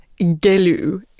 gelu